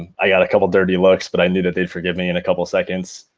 i got a couple dirty looks, but i knew that they'd forgive me in a couple seconds.